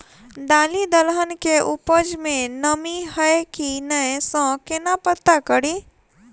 दालि दलहन केँ उपज मे नमी हय की नै सँ केना पत्ता कड़ी?